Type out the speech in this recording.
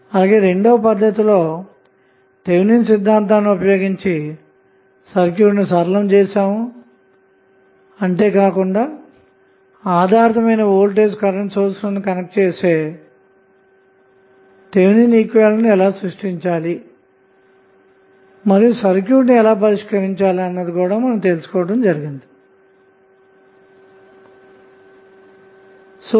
అలాగే రెండవ పద్దతిలో థెవినిన్ సిద్ధాంతాన్ని ఉపయోగించి సర్క్యూట్ను సరళం చేసాము అంటే కాకుండా ఆధారితమైన వోల్టేజ్ కరెంటు సోర్స్ లను కనెక్ట్ చేసి థెవినిన్ ఈక్వివలెంట్ ను ఎలా సృష్టించాలి మరియు సర్క్యూట్ను ఎలా పరిష్కరించాలి అన్నది తెలుసుకున్నాము